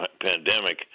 pandemic